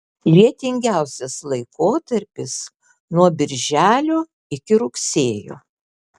lietingiausias laikotarpis nuo birželio iki rugsėjo